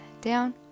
down